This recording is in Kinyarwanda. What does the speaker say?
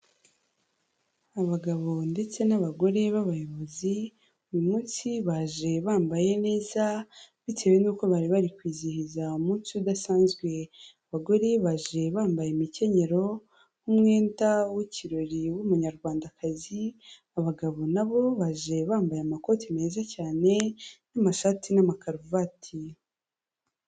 Abagabo ndetse n'abagore b'abayobozi, uyu munsi baje bambaye neza bitewe n'uko bari bari kwizihiza umunsi udasanzwe. Abagore baje bambaye imikenyero nk'umwenda w'ikirori w'umunyarwandakazi, abagabo na bo, baje bambaye amakoti meza cyane n'amashati n'amakaruvati.